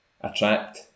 attract